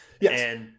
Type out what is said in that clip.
Yes